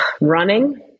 Running